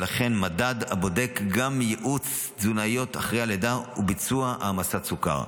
ולכן המדד בודק גם ייעוץ תזונאיות אחרי הלידה וביצוע העמסת סוכר.